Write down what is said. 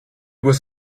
was